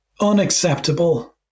unacceptable